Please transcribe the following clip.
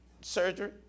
surgery